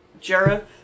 Jareth